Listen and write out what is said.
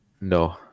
No